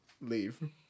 leave